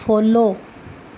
follow